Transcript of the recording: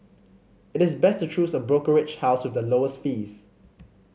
it is best to choose a brokerage house with the lowest fees